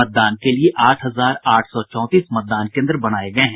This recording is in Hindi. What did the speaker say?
मतदान के लिए आठ हजार आठ सौ चौंतीस मतदान केन्द्र बनाये गये हैं